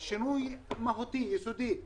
שינוי מהותי, יסודי,